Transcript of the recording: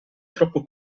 troppo